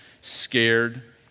scared